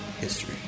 history